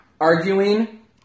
arguing